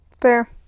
Fair